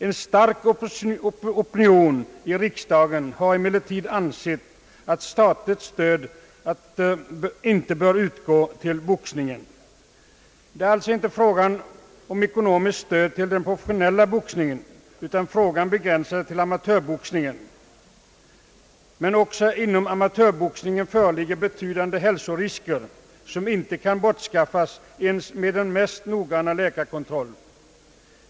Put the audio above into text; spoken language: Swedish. En mycket stark opinion i riksdagen har emellertid ansett att statligt stöd inte bör utgå till boxningen. Det gäller i detta sammanhang inte ett ekonomiskt stöd till den professionella boxningen, utan frågan begränsar sig till amatörboxningen. Men också inom amatörboxningen föreligger betydande hälsorisker, som inte kan elimineras med den noggrannaste läkarkontroll.